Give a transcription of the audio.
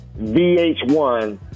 VH1